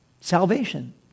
salvation